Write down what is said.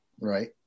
right